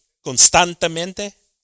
constantemente